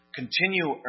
Continue